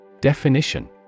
Definition